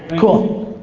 cool.